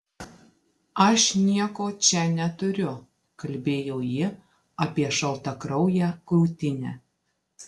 aš nieko čia neturiu kalbėjo ji apie šaltakrauję krūtinę